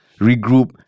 regroup